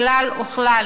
כלל וכלל.